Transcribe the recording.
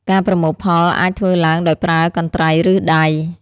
ការប្រមូលផលអាចធ្វើឡើងដោយប្រើ កន្ត្រៃ ឬ ដៃ។